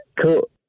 Cool